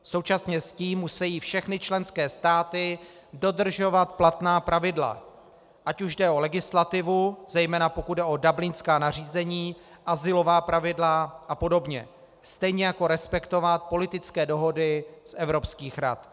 Současně s tím musejí všechny členské státy dodržovat platná pravidla, ať už jde o legislativu, zejména pokud jde o dublinská nařízení, azylová pravidla a podobně, stejně jako respektovat politické dohody z evropských rad.